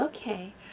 Okay